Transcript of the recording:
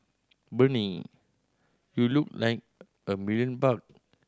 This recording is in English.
Bernie you look like a million bucks